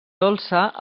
dolça